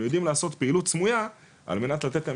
אנחנו יודעים לעשות פעילות סמויה על מנת לתת להם